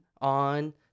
on